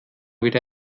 wieder